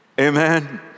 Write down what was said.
Amen